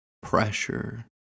pressure